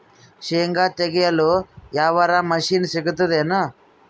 ಶೇಂಗಾ ತೆಗೆಯಲು ಯಾವರ ಮಷಿನ್ ಸಿಗತೆದೇನು?